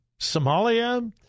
Somalia